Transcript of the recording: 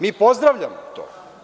Mi pozdravljamo to.